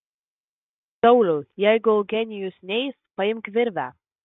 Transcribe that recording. sauliau jeigu eugenijus neis paimk virvę